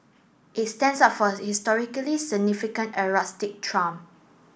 it stands out for its historical significance and rustic charm